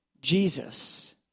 Jesus